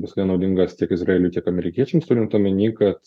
bus nenaudingas tiek izraeliui tiek amerikiečiams turint omeny kad